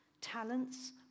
talents